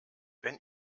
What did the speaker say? wenn